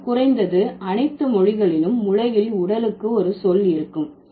ஆனால் குறைந்தது அனைத்து மொழிகளிலும் உலகில் உடலுக்கு ஒரு சொல் இருக்கும்